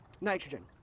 nitrogen